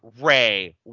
Ray